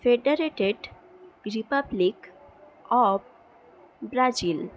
federative republic of Brazil